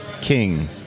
King